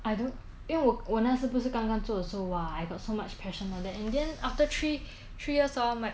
I do 因为我那时不是刚刚做的时候 !wah! I got so much passion lor then in the end after three three years hor my